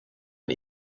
ein